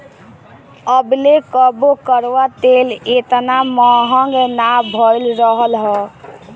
अबले कबो कड़ुआ तेल एतना महंग ना भईल रहल हअ